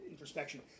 introspection